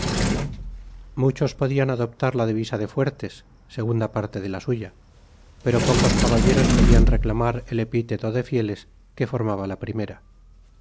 muchos podian adoptar la divisa de fuertes segunda parte de la suya pero pocos caballeros podian reclamar el epiteto de fieles que formaba la primera